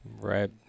Right